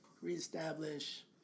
reestablish